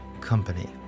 company